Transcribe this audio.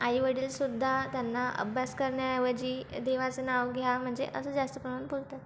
आईवडीलसुद्धा त्यांना अभ्यास करण्याऐवजी देवाचं नाव घ्या म्हणजे असं जास्त प्रमाणात बोलतात